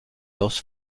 dos